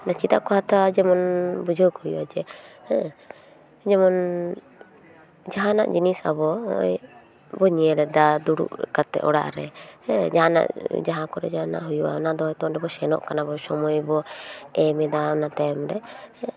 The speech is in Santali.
ᱪᱮᱫᱟᱜᱼᱠᱚ ᱦᱟᱛᱟᱣᱟ ᱡᱮᱢᱚᱱ ᱵᱩᱡᱷᱟᱹᱣ ᱠᱚ ᱦᱩᱭᱩᱜᱼᱟ ᱡᱮ ᱦᱮᱸ ᱡᱮᱢᱚᱱ ᱡᱟᱦᱟᱱᱟᱜ ᱡᱤᱱᱤᱥ ᱟᱵᱚᱵᱚᱱ ᱧᱮᱞ ᱮᱫᱟ ᱫᱩᱲᱩᱵ ᱠᱟᱛᱮᱫ ᱚᱲᱟᱜ ᱨᱮ ᱦᱮᱸ ᱡᱟᱦᱟᱱᱟᱜ ᱡᱟᱦᱟᱸᱠᱚᱨᱮ ᱡᱟᱦᱟᱱᱟᱜ ᱦᱩᱭᱩᱜᱼᱟ ᱚᱱᱟᱫᱚ ᱚᱱᱰᱮ ᱥᱮᱱᱚ ᱠᱟᱱᱟᱵᱚ ᱥᱚᱢᱚᱭᱵᱚ ᱮᱢ ᱮᱫᱟ ᱚᱱᱟ ᱛᱟᱭᱚᱢᱨᱮ